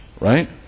right